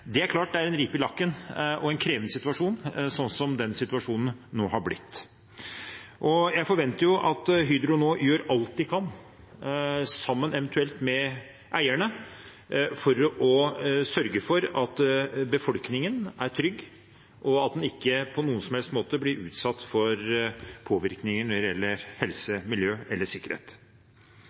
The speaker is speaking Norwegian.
Det er klart det er en ripe i lakken og en krevende situasjon sånn som situasjonen nå har blitt. Jeg forventer at Hydro nå gjør alt de kan, eventuelt sammen med eierne, for å sørge for at befolkningen er trygg, og at de ikke på noen som helst måte blir utsatt for påvirkning når det gjelder helse, miljø og sikkerhet.